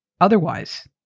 otherwise